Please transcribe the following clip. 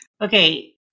okay